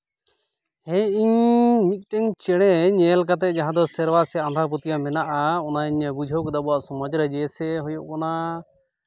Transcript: ᱦᱮᱸ ᱤᱧ ᱢᱤᱫᱴᱮᱱ ᱪᱮᱬᱮ ᱧᱮᱞ ᱠᱟᱛᱮᱫ ᱥᱮᱨᱣᱟ ᱥᱮ ᱟᱸᱫᱷᱟ ᱯᱟᱹᱛᱭᱟᱹᱣ ᱢᱮᱱᱟᱜᱼᱟ ᱚᱱᱟᱧ ᱵᱩᱡᱷᱟᱹᱣ ᱠᱟᱫᱟ ᱟᱵᱚᱣᱟᱜ ᱥᱚᱢᱟᱡᱽ ᱨᱮ ᱡᱮᱭ ᱥᱮ ᱦᱩᱭᱩᱜ ᱠᱟᱱᱟ